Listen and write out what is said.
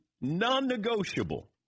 non-negotiable